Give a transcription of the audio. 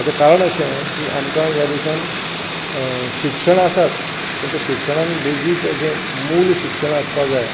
हाचें कारण अशें की आमकां ह्या देशांत शिक्षण आसाच पूण त्या शिक्षणांत बेसीक अशें मूळ शिक्षण आसपाक जाय